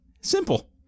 Simple